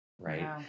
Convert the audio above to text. right